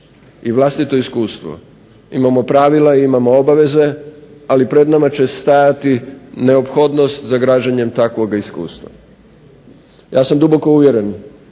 i vlastito iskustvo, imamo pravila, imamo obaveze, ali pred nama će stajati neophodnost za građenjem takvoga iskustva. Ja sam duboko uvjeren